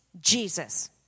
Jesus